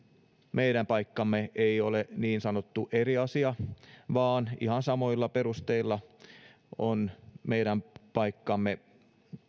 meidän paikkamme ei ole niin sanottu eri asia vaan ihan samoilla perusteilla on meidän paikkamme